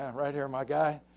and right here my guy.